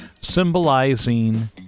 symbolizing